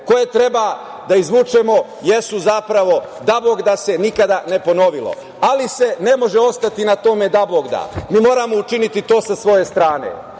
koje treba da izvučemo jesu zapravo – dabogda se nikada ne ponovilo. Ali se ne može ostati na tome „dabogda“. Mi moramo učiniti to sa svoje strane,